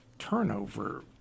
Turnover